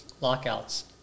lockouts